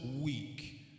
week